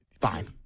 fine